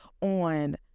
on